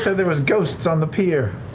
so there was ghosts on the pier.